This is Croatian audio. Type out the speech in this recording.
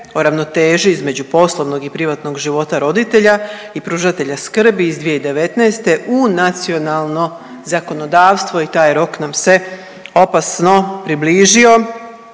o ravnoteži između poslovnog i privatnog života roditelja i pružatelja skrbi iz 2019. u nacionalno zakonodavstvo. I taj rok nam se opasno približio